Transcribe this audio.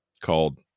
called